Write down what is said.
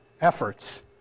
efforts